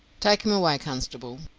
take him away, constable.